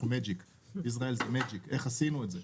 אנחנו magic, ישראל היא magic, איך עשינו את זה?